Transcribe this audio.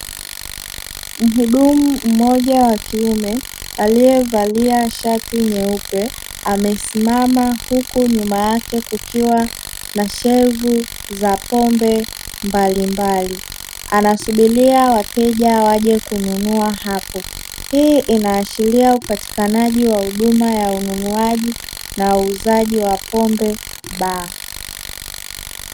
Mhudumu mmoja wa kiume aliyevalia shati nyeupe amesimama huku nyuma yake kukiwa na shelfu za pombe mbalimbali. Anasubiria wateja waje kununua hapo. Hii inaashiria upatikanaji wa huduma ya ununuaji na uuzaji wa pombe baa.